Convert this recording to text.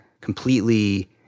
completely